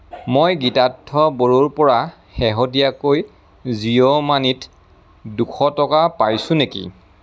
মই গীতাৰ্থ বড়োৰ পৰা শেহতীয়াকৈ জিঅ' মানিত দুশ টকা পাইছোঁ নেকি